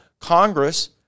Congress